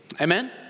Amen